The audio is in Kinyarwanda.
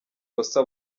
kosa